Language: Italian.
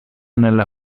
nella